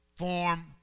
form